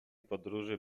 podróży